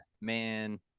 man